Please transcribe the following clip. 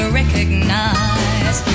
recognize